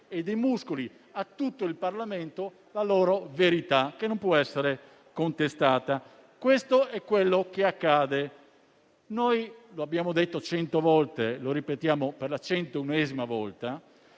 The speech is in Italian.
e dei muscoli a tutto il Parlamento la loro verità, che non può essere contestata. Questo è quanto accade. Come abbiamo detto cento volte e ripetiamo per la centunesima volta